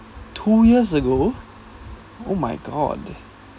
two years ago oh my god